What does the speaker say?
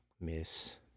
miss